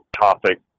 topic